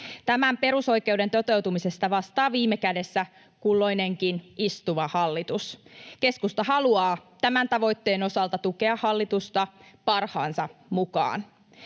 Tämän perusoikeuden toteutumisesta vastaa viime kädessä kulloinenkin istuva hallitus. Keskusta haluaa tämän tavoitteen osalta tukea hallitusta parhaansa mukaan.